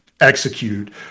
execute